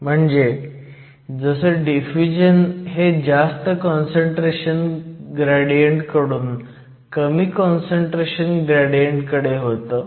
म्हणजे जसं डिफ्युजन हे जास्त काँसंट्रेशन ग्रॅडियंट कडून कमी काँसंट्रेशन ग्रॅडियंट होतं